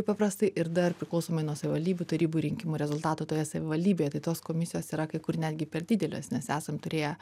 paprastai ir dar priklausomai nuo savivaldybių tarybų rinkimų rezultatų toje savivaldybėje tai tos komisijos yra kai kur netgi per didelės mes esam turėję